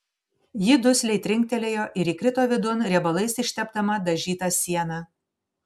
ji dusliai trinktelėjo ir įkrito vidun riebalais ištepdama dažytą sieną